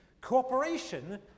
cooperation